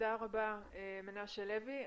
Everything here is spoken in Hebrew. תודה רבה מנשה לוי.